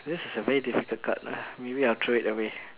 this is a very difficult card uh maybe I'll throw it away